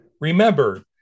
Remember